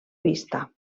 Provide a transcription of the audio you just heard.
vista